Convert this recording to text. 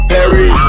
Harry